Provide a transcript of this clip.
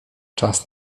czas